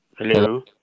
Hello